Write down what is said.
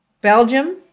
Belgium